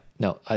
No